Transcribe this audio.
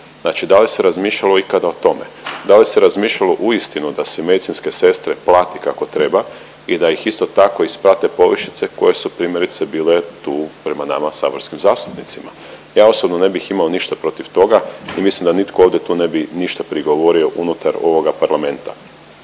Znači da li se razmišljalo ikad o tome? Da li se razmišljalo uistinu da se medicinske sestre plati kako treba i da ih isto tako isprate povišice koje su primjerice bile tu prema nama saborskim zastupnicima? Ja osobno ne bih imao ništa protiv toga i mislim da nitko ovdje tu ne bi ništa prigovorio unutar ovoga Parlamenta.